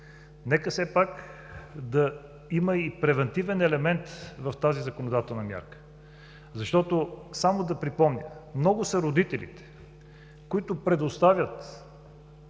Нека все пак да има и превантивен елемент в тази законодателна мярка. Само да припомня: много са родителите, които предоставят